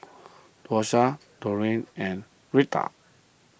Dosha Dorene and Retta